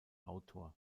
autor